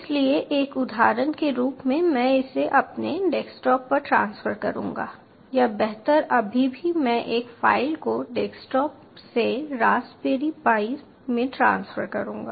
इसलिए एक उदाहरण के रूप में मैं इसे अपने डेस्कटॉप पर ट्रांसफर करूंगा या बेहतर अभी भी मैं एक फाइल को डेस्कटॉप से रास्पबेरी पाई में ट्रांसफर करूंगा